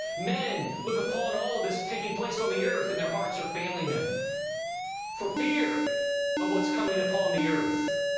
men look upon all of this taking place on the earth and their hearts are failing them for fear of what's coming upon the earth.